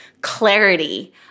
clarity